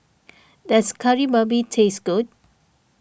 does Kari Babi taste good